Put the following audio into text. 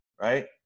right